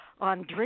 on